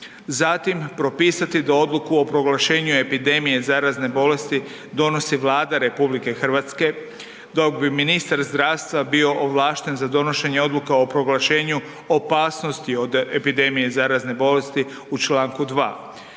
Zatim, propisati da odluku o proglašenju epidemije zarazne bolesti donosi Vlada RH, dok bi ministar zdravstva bio ovlašten za donošenje odluka o proglašenju opasnosti od epidemije zarazne bolesti u čl. 2.;